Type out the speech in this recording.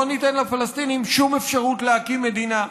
לא ניתן לפלסטינים שום אפשרות להקים מדינה.